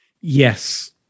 Yes